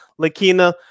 Lakina